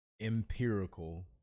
empirical